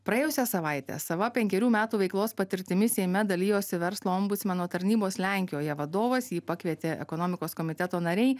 praėjusią savaitę savo penkerių metų veiklos patirtimi seime dalijosi verslo ombudsmeno tarnybos lenkijoje vadovas jį pakvietė ekonomikos komiteto nariai